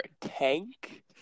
tank